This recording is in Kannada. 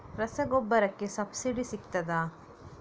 ರಸಗೊಬ್ಬರಕ್ಕೆ ಸಬ್ಸಿಡಿ ಸಿಗ್ತದಾ?